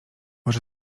może